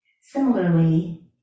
Similarly